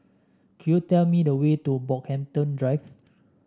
could you tell me the way to Brockhampton Drive